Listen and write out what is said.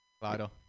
Claro